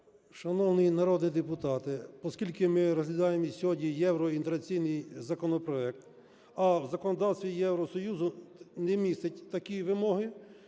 Шановні народні депутати! Оскільки ми розглядаємо сьогодні євроінтеграційний законопроект, а законодавство Євросоюзу не містить такі вимоги,